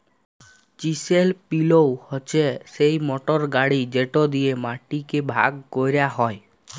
chisel পিলও হছে সেই মটর গাড়ি যেট দিঁয়ে মাটিকে ভাগ ক্যরা হ্যয়